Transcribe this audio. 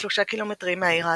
כ-3 קילומטרים מהעיר העתיקה.